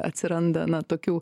atsiranda na tokių